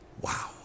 Wow